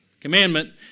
commandment